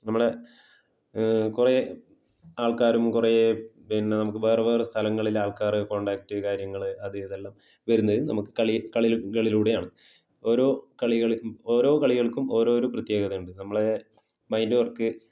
നമ്മളെ കുറെ ആൾക്കാരും കുറെ പിന്നെ നമ്മൾക്ക് വേറെ വേറെ സ്ഥലങ്ങളിലെ ആൾക്കാർ കോണ്ടാക്ട് കാര്യങ്ങൾ അത് ഇത് എല്ലാം വരുന്നത് നമുക്ക് കളികളിലൂടെയാണ് ഓരോ കളികൾ ഓരോ കളികൾക്കും ഓരോ ഓരോ പ്രത്യേകതയുണ്ട് നമ്മളെ മൈൻഡ് വർക്ക്